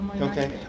Okay